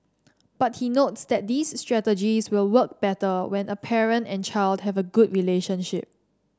but he notes that these strategies will work better when a parent and child have a good relationship